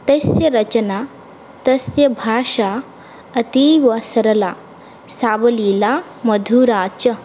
तेस्य रचना तस्य भाषा अतीवसरला सावलीला मधुरा च